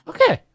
Okay